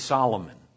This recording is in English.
Solomon